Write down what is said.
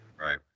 Right